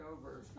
over